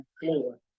floor